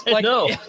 No